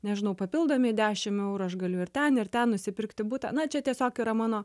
nežinau papildomi dešim eurų aš galiu ir ten ir ten nusipirkti butą na čia tiesiog yra mano